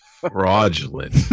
Fraudulent